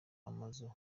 amazu